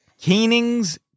Keening's